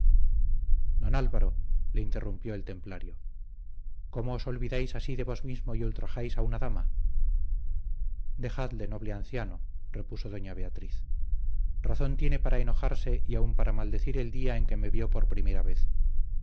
álvaro le interrumpió el templario cómo os olvidáis así de vos mismo y ultrajáis a una dama dejadle noble anciano repuso doña beatriz razón tiene para enojarse y aun para maldecir el día en que me vio por vez